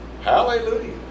hallelujah